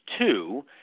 two